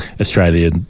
Australia